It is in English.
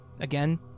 Again